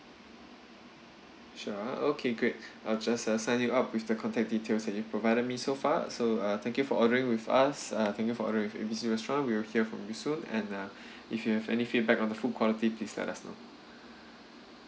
sure ah okay great I will just uh sign you up with the contact details that you provided me so far so uh thank you for ordering with us uh thank you for ordering with A B C restaurant we'll hear from you soon and uh if you have any feedback on the food quality please let us know